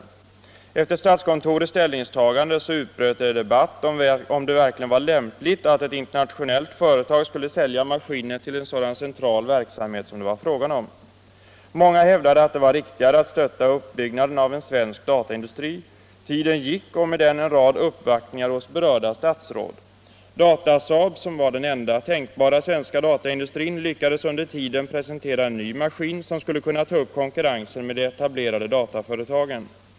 Efter statskontorets ställningstagande utbröt debatt om det verkligen var lämpligt att ett internationellt företag skulle sälja maskiner till en så central verksamhet som det var fråga om. Många hävdade att det var riktigare att stötta uppbyggnaden av en svensk dataindustri. Tiden gick, och det gjordes en rad uppvaktningar hos berörda statsråd. Datasaab, som var den enda tänkbara svenska dataindustrin, lyckades under tiden presentera en ny maskin som skulle kunna ta upp konkurrensen med de etablerade dataföretagen.